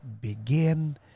begin